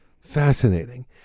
fascinating